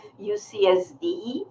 UCSD